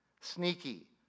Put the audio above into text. sneaky